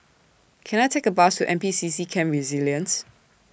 Can I Take A Bus to N P C C Camp Resilience